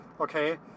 Okay